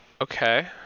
okay